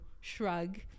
shrug